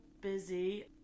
busy